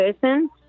person